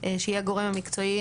שהיא הגורם המקצועי.